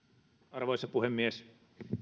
arvoisa puhemies